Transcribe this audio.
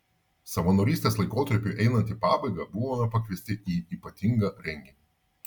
savanorystės laikotarpiui einant į pabaigą buvome pakviesti į ypatingą renginį